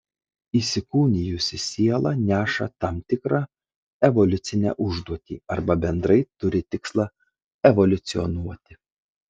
įsikūnijusi siela neša tam tikrą evoliucinę užduotį arba bendrai turi tikslą evoliucionuoti